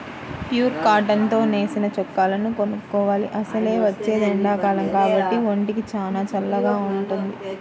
pure cotton తో నేసిన చొక్కాలను కొనుక్కోవాలి, అసలే వచ్చేది ఎండాకాలం కాబట్టి ఒంటికి చానా చల్లగా వుంటది